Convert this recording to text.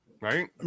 right